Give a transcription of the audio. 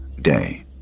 day